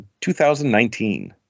2019